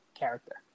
character